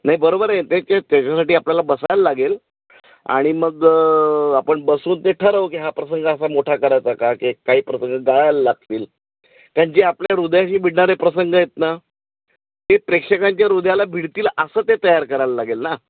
नाही बरोबर आहे त्याच्या त्याच्यासाठी आपल्याला बसायला लागेल आणि मग आपण बसून ते ठरवू की हा प्रसंग असा मोठा करायचा का की काही प्रसंग गाळायला लागतील कारण कि जे आपल्या हृदयाशी भिडणारे प्रसंग आयेत ना ते प्रेक्षकांच्या हृदयाला भिडतील असं ते तयार करायला लागेल ना